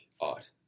art